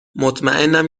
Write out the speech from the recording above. مطمئنم